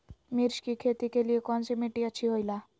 मिर्च की खेती के लिए कौन सी मिट्टी अच्छी होईला?